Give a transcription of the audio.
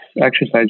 exercise